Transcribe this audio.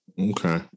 Okay